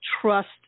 trust